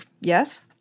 Yes